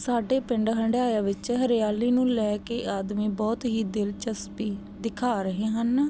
ਸਾਡੇ ਪਿੰਡ ਹੰਡਿਆਇਆ ਵਿੱਚ ਹਰਿਆਲੀ ਨੂੰ ਲੈ ਕੇ ਆਦਮੀ ਬਹੁਤ ਹੀ ਦਿਲਚਸਪੀ ਦਿਖਾ ਰਹੇ ਹਨ